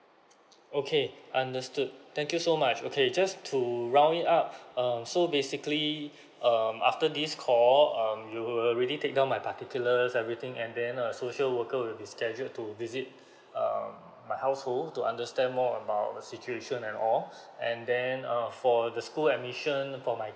okay understood thank you so much okay just to round it up um so basically um after this call um you will already take down my particulars everything and then a social worker will be scheduled to visit um my household to understand more about the situation and all and then err for the school admission for my